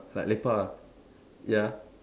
like lepak ah ya